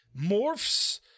morphs